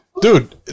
Dude